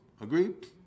Agreed